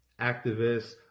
activists